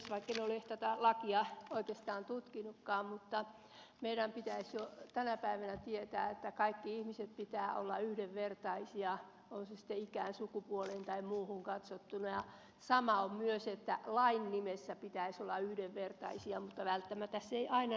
vaikka en ole tätä lakia oikeastaan tutkinutkaan meidän pitäisi jo tänä päivänä tietää että kaikkien ihmisten pitää olla yhdenvertaisia on se sitten ikään sukupuoleen tai muuhun katsottuna ja sama on myös että lain nimessä pitäisi olla yhdenvertaisia mutta välttämättä se ei aina näin toteudu